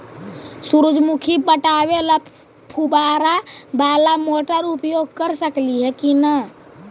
सुरजमुखी पटावे ल फुबारा बाला मोटर उपयोग कर सकली हे की न?